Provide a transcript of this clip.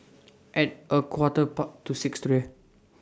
At A Quarter part to six today